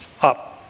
up